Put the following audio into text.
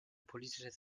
politisches